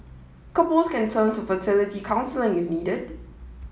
couples can turn to fertility counselling if needed